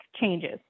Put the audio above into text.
changes